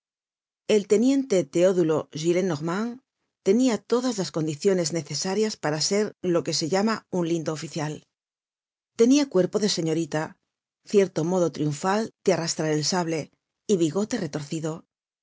el teniente teodulo gillenormand tenia todas las condiciones necesarias para ser lo que se llama un lindo oficial tenia cuerpo de señorita cierto modo triunfal de arrastrar el sable y bigote retorcido